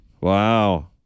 wow